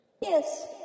Yes